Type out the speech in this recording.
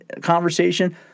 conversation